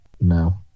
No